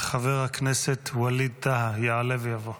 חבר הכנסת ווליד טאהא יעלה ויבוא,